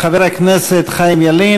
חבר הכנסת חיים ילין.